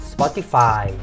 Spotify